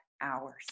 hours